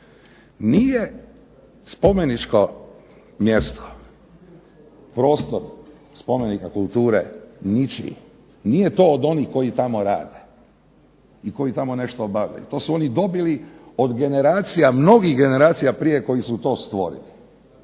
Nije spomeničko mjesto prostor spomenika kulture ničiji, nije to od onih koji tamo rade i koji tamo nešto obavljaju, to su oni dobili od generacija, mnogih generacija prije koji su to stvorili.